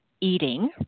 eating